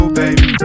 baby